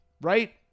Right